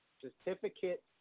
certificate